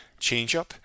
changeup